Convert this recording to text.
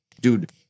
dude